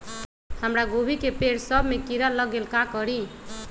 हमरा गोभी के पेड़ सब में किरा लग गेल का करी?